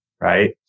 right